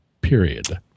period